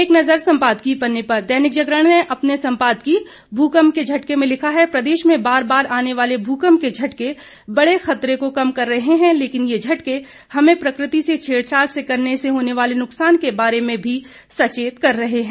एक नजर संपादकीय पन्ने पर दैनिक जागरण ने अपने संपादकीय भूकंप के झटके में लिखा है प्रदेश में बार बार आने वाले भूकंप के झटके बड़े खतरे को कम कर रहे हैं लेकिन ये झटके हमें प्रकृति से छेड़छाड़ से करने से होने वाले नुकसान के बारे में भी सचेत कर रहे हैं